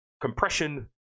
compression